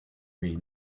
may